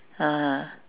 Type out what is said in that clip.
(uh huh)